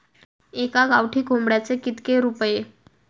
एका गावठी कोंबड्याचे कितके रुपये?